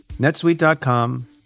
netsuite.com